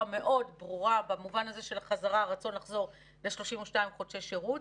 ברורה מאוד במובן הזה של הרצון לחזור ל-32 חודשי שירות.